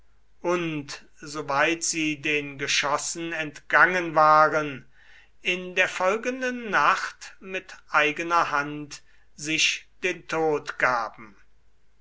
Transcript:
und soweit sie den geschossen entgangen waren in der folgenden nacht mit eigener hand sich den tod gaben